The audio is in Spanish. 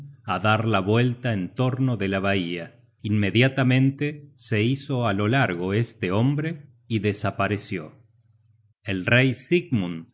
á dar la vuelta en torno de la bahía inmediatamente se hizo á lo largo este hombre y desapareció content from google book search generated at el rey sigmund